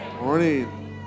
morning